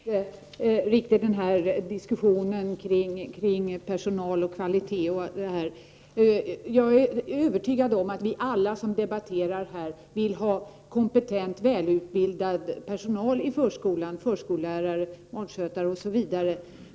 Herr talman! Jag begriper inte riktigt diskussionen om personal och kvalitet. Jag är övertygad om att vi alla som debatterar vill ha kompetent och välutbildad personal i förskolan; förskollärare, barnskötare osv.